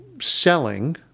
selling